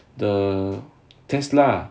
the tesla